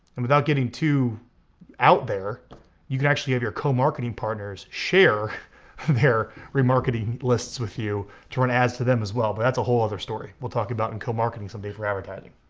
and without getting too out there you can actually have your co marketing partners share their remarketing lists with you to run ads to them as well. but that's a whole other story. we'll talk about in co marketing some day for advertising,